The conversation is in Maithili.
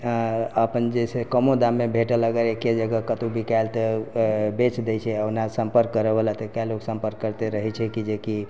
अपन जे से कमो दाम मे भेंटे लागैया एके जगह कतहुँ बिकायल तऽ बेच दै छै ओना सम्पर्क करै बालाके तऽ लोक सम्पर्क करिते रहैत छै कि जेकि